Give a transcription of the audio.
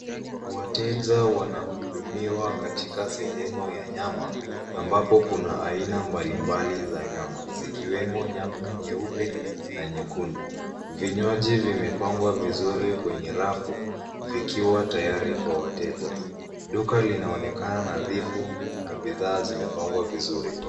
Wateja wanahudumiwa katika sehemu ya nyama ambapo kuna aina mbalimbali za nyama zikiwemo nyama nyeupe na nyekundu. Vinywaji vimepangwa vizuri kwenye rafu vikiwa tayari kwa wateja. Duka linaonekana nadhifu na bidhaa zimepangwa vizuri.